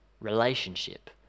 relationship